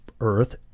earth